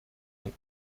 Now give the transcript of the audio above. ein